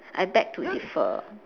I beg to differ